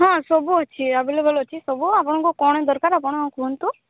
ହଁ ସବୁ ଅଛି ଏଭେଲେବୁଲ୍ ଅଛି ସବୁ ଆପଣଙ୍କୁ କ'ଣ ଦରକାର ଆପଣ କୁହନ୍ତୁ